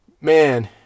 Man